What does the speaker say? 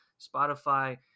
Spotify